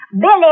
Billy